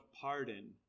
pardon